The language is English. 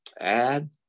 add